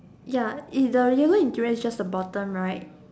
ya is the label interior is just the bottom right